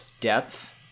depth